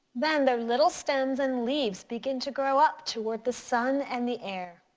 then their little stems and leaves begin to grow up toward the sun and the air.